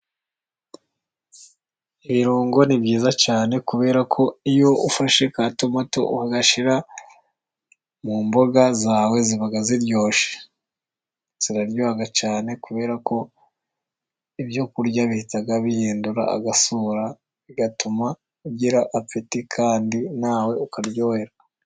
Ibirungo ni byiza cyane kubera ko iyo ufashe ka tomato ukagashyira mu mboga zawe ziba ziryoshye, ziraryoha cyane kubera ko ibyo kurya bihita bihindura agasura bigatuma ugira apeti kandi nawe ukaryoherwa.